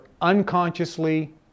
unconsciously